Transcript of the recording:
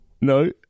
No